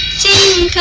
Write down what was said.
to